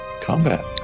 combat